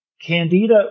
Candida